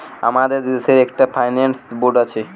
আমাদের দেশে একটা ফাইন্যান্স বোর্ড আছে